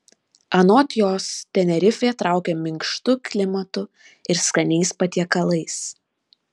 anot jos tenerifė traukia minkštu klimatu ir skaniais patiekalais